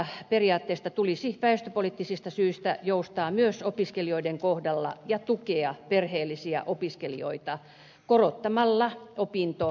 tästä periaatteesta tulisi väestöpoliittisista syistä joustaa myös opiskelijoiden kohdalla ja tukea perheellisiä opiskelijoita korottamalla opintorahaa